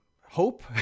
hope